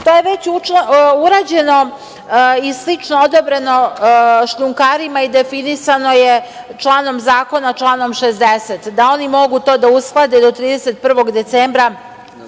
To je već urađeno i slično odabrano šljunkarima i definisano je članom zakona, članom 60, da oni mogu to da usklade do 31. decembra